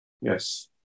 Yes